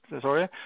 sorry